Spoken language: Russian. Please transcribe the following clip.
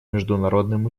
международным